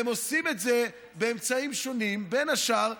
הם עושים את זה באמצעים שונים, בין השאר,